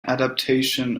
adaptation